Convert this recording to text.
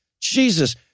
Jesus